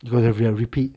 you got to re~ uh repeat